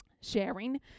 sharing